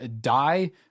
die